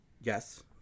Yes